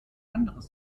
anderes